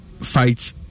fight